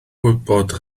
gwybod